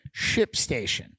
ShipStation